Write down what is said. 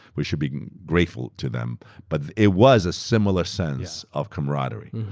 we should be grateful to them, but it was a similar sense of camaraderie.